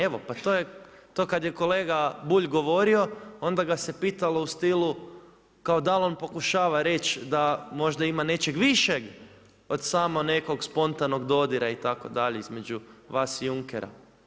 Evo pa to kada je kolega Bulj govorio onda ga se pitalo u stilu kao dal on pokušava reći da možda ima nečeg višeg od samo nekog spontanog dodira itd. između vas i JUnckera.